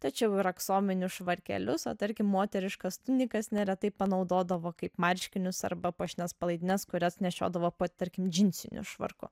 tačiau ir aksominius švarkelius o tarkim moteriškas tunikas neretai panaudodavo kaip marškinius arba puošnias palaidines kurias nešiodavo po tarkim džinsiniu švarku